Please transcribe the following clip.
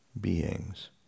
beings